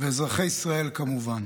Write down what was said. ואזרחי ישראל, כמובן,